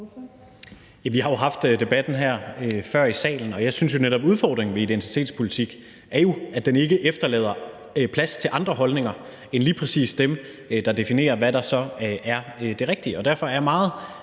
Vi har jo før haft debatten her i salen, og jeg synes jo netop, at udfordringen ved identitetspolitik er, at den ikke efterlader plads til andre holdninger end lige præcis dem, der definerer, hvad der så er det rigtige. Derfor er meget